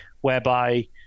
Whereby